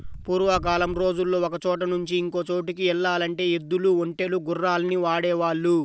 పూర్వకాలం రోజుల్లో ఒకచోట నుంచి ఇంకో చోటుకి యెల్లాలంటే ఎద్దులు, ఒంటెలు, గుర్రాల్ని వాడేవాళ్ళు